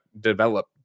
develop